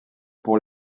pour